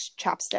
chapstick